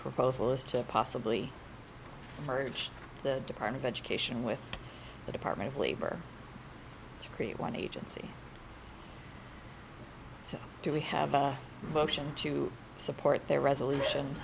proposal is to possibly merge the department of education with the department of labor to create one agency so do we have a motion to support their resolution